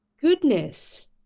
Goodness